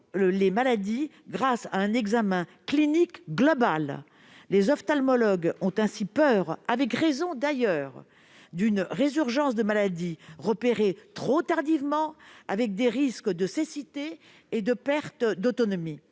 les maladies, grâce à un examen clinique global. Les ophtalmologues craignent, avec raison d'ailleurs, une résurgence de maladies repérées trop tardivement, avec des risques de cécité et de perte d'autonomie.